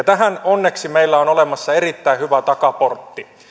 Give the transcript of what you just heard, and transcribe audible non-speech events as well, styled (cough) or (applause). (unintelligible) tähän onneksi meillä on olemassa erittäin hyvä takaportti